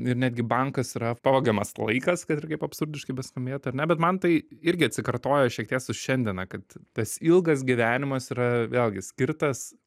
ir netgi bankas yra pavagiamas laikas kad ir kaip absurdiškai beskambėtų ar ne bet man tai irgi atsikartoja šiek tiek su šiandiena kad tas ilgas gyvenimas yra vėlgi skirtas